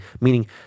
Meaning